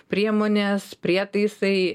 priemonės prietaisai